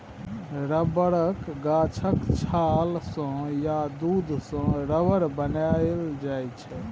रबरक गाछक छाल सँ या दुध सँ रबर बनाएल जाइ छै